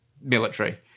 military